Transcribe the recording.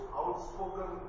outspoken